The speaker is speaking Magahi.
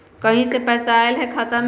कहीं से पैसा आएल हैं खाता में?